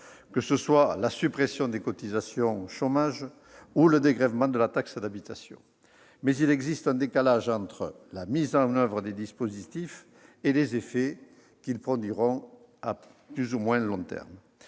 que ce soit la suppression des cotisations chômage ou le dégrèvement de la taxe d'habitation. Mais il existe un décalage entre la mise en oeuvre des dispositifs et les effets qu'ils produiront à plus ou moins long terme.